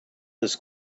this